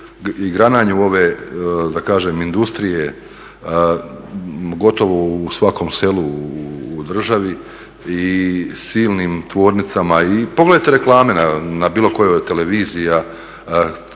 i grananju ove industrije gotovo u svakom selu u državi i silnim tvornicama. Pogledajte reklame na bilo kojoj od televizija,